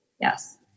Yes